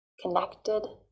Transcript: connected